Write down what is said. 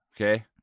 Okay